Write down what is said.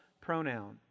pronoun